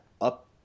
up